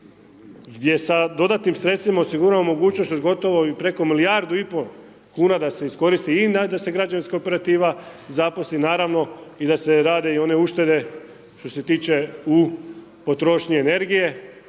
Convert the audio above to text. gdje sa dodatnim sredstvima osiguravamo mogućnost još gotovo i preko milijardu i po kuna da se iskoristi i na da se građevinska operativa zaposli naravno i da se rade i one uštede što se tiče u potrošnji energije,